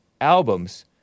albums